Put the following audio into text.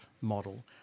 model